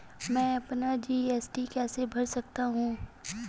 मैं अपना जी.एस.टी कैसे भर सकता हूँ?